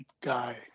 guy